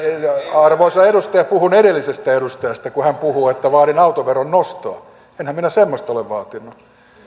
arvoisa edustaja puhun edellisestä edustajasta kun hän puhui että vaadin autoveron nostoa enhän minä semmoista ole vaatinut